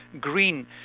green